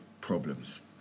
problems